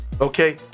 Okay